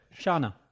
Shana